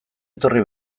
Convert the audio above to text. etorri